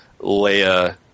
Leia